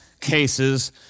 cases